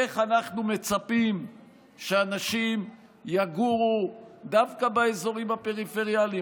איך אנחנו מצפים שאנשים יגורו דווקא באזורים הפריפריאליים,